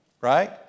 right